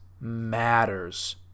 matters